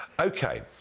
Okay